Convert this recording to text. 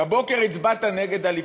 בבוקר הצבעת נגד הליכוד,